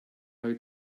how